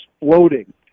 exploding